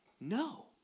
No